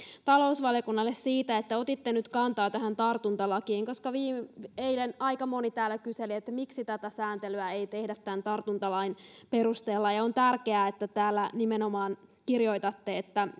talousvaliokunnalle myös siitä että otitte nyt kantaa tähän tartuntatautilakiin koska eilen aika moni täällä kyseli miksi tätä sääntelyä ei tehdä tämän tartuntatautilain perusteella on tärkeää että täällä nimenomaan kirjoitatte että